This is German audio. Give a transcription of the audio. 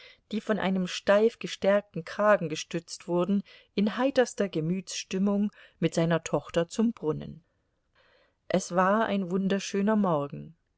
die von einem steif gestärkten kragen gestützt wurden in heiterster gemütsstimmung mit seiner tochter zum brunnen es war ein wunderschöner morgen